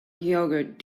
yoghurt